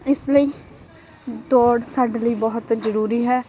ਇਸ ਲਈ ਦੌੜ ਸਾਡੇ ਲਈ ਬਹੁਤ ਜ਼ਰੂਰੀ ਹੈ